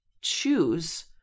choose